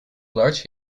large